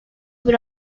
bir